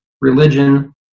religion